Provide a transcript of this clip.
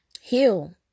heal